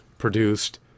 produced